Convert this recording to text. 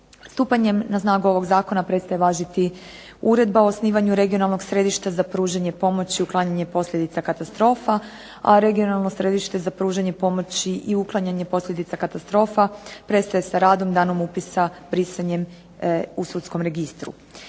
Stupanjem na snagu ovog zakona prestaje važiti Uredba o osnivanju regionalnog središta za pružanje pomoći, uklanjanje posljedica katastrofa, a Regionalno središte za pružanje pomoći i uklanjanje posljedica katastrofa prestaje sa radom danom upisa, brisanjem u sudskom registru.